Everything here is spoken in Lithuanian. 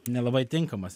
nelabai tinkamas